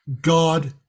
god